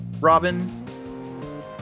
Robin